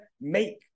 make